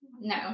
No